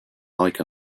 like